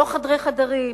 לא חדרי חדרים,